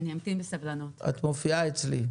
את רשומה אצלי.